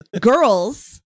Girls